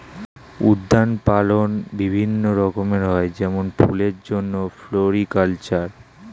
উদ্যান পালন বিভিন্ন রকম হয় যেমন ফুলের জন্যে ফ্লোরিকালচার